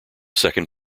second